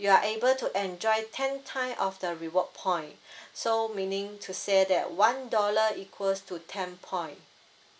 you're able to enjoy ten time of the reward point so meaning to say that one dollar equals to ten point